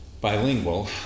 bilingual